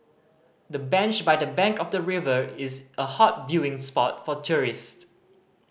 the bench by the bank of the river is a hot viewing spot for tourist